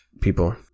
people